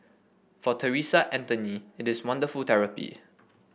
for Theresa Anthony it is wonderful therapy